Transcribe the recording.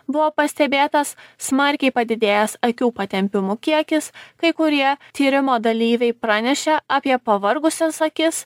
buvo pastebėtas smarkiai padidėjęs akių patempimų kiekis kai kurie tyrimo dalyviai pranešė apie pavargusias akis